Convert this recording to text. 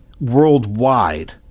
worldwide